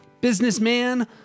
businessman